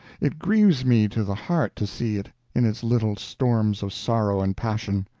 it grieves me to the heart to see it in its little storms of sorrow and passion.